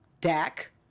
Dak